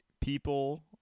people